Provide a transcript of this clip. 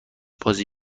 بازی